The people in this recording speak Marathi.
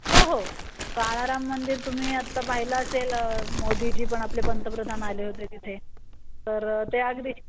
हो हो काळाराम मंदिर तुम्ही आत्ता पाहिलं असेल मोदीजी पण आपले पंतप्रधान आले होते तिथे तर ते अगदी